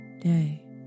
day